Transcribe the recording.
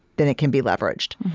then it can be leveraged.